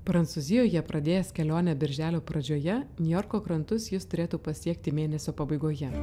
prancūzijoje pradėjęs kelionę birželio pradžioje niujorko krantus jis turėtų pasiekti mėnesio pabaigoje